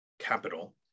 capital